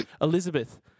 Elizabeth